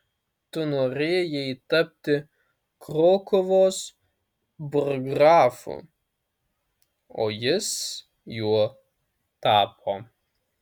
tu norėjai tapti krokuvos burggrafu o jis juo tapo